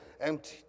empty